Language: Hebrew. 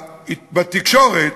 בתקשורת